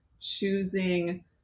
choosing